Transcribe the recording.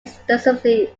extensively